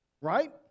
right